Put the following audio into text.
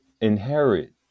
inherit